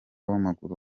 w’amaguru